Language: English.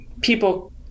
people